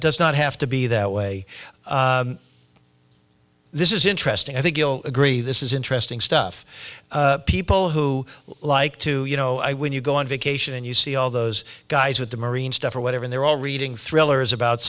does not have to be that way this is interesting i think you'll agree this is interesting stuff people who like to you know when you go on vacation and you see all those guys with the marine stuff or whatever they're all reading thrillers about